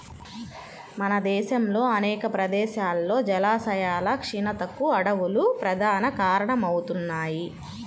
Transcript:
మన దేశంలో అనేక ప్రదేశాల్లో జలాశయాల క్షీణతకు అడవులు ప్రధాన కారణమవుతున్నాయి